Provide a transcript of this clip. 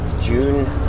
June